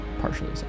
partially